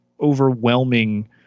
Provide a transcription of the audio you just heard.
overwhelming